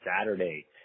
Saturday